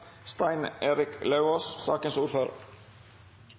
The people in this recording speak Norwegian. Stein Erik Lauvås